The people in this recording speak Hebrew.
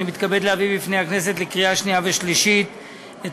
אני מתכבד להביא בפני הכנסת לקריאה שנייה ושלישית את